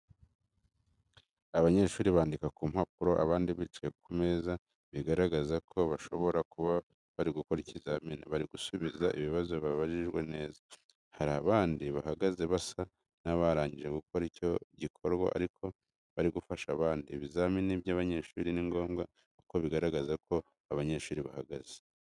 Abanyeshuri bandika ku mpapuro, abandi bicaye ku meza, bigaragaza ko bashobora kuba bari gukora ikizamini. Bari gusubiza ibibazo babajijwe neza. Hari abandi bahagaze, basa n'abarangije gukora icyo gikorwa ariko bari gufasha abandi. Ibizamini by’abanyeshuri ni ngombwa kuko bigaragaza uko abanyeshuri bahagaze.